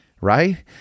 right